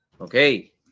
okay